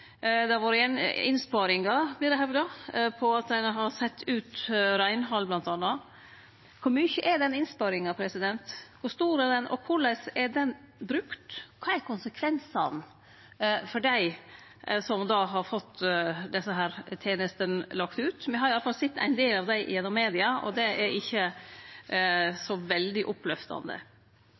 Det har vore innsparingar, vert det hevda, på at ein har sett ut bl.a. reinhald. Kor mykje er den innsparinga på? Kor stor er ho, og korleis er ho brukt? Kva er konsekvensane for dei som har fått desse tenestene lagde ut? Me har iallfall sett ein del av dei gjennom media, og det er ikkje så veldig oppløftande.